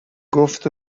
گفت